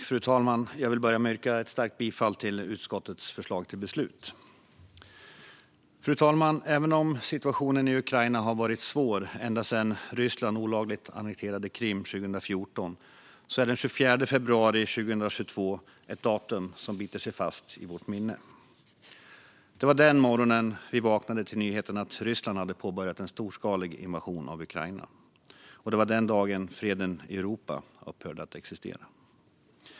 Fru talman! Jag vill börja med att yrka ett starkt bifall till utskottets förslag till beslut. Fru talman! Även om situationen i Ukraina har varit svår ända sedan Ryssland olagligt annekterade Krim 2014 är den 24 februari 2022 ett datum som biter sig fast i vårt minne. Det var den morgonen vi vaknade till nyheten att Ryssland hade påbörjat en storskalig invasion av Ukraina. Och det var den dagen freden i Europa upphörde att existera.